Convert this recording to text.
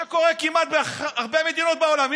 שקורה בהרבה מדינות בעולם.